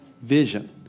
vision